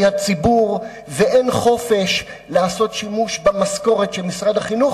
הציבור ואין חופש לעשות שימוש במשכורת שמשרד החינוך